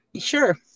Sure